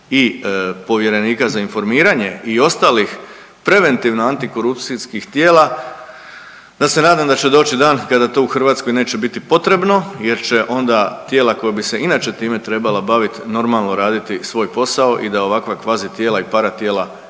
i povjerenika za informiranje i ostalih preventivno antikorupcijskih tijela da se nadam da će doći dan kada to u Hrvatskoj neće biti potrebno jer će onda tijela koja bi se inače time trebala bavit normalno raditi svoj posao i da ovakva kvazi tijela i paratijela